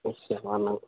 ఒక నిమిషం